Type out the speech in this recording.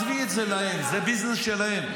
זה בסדר,